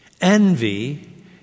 Envy